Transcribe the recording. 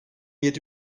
yedi